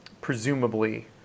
presumably